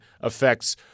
affects